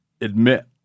admit